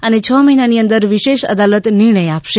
છ મહિનાની અંદર વિશેષ અદાલત નિર્ણય આપશે